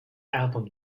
album